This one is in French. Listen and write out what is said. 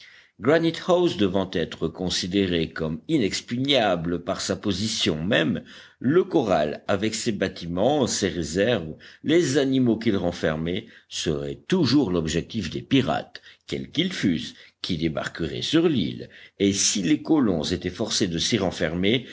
granite house devant être considéré comme inexpugnable par sa position même le corral avec ses bâtiments ses réserves les animaux qu'il renfermait serait toujours l'objectif des pirates quels qu'ils fussent qui débarqueraient sur l'île et si les colons étaient forcés de s'y renfermer